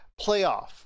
playoff